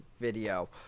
video